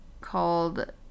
called